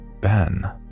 Ben